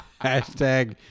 Hashtag